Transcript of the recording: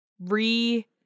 re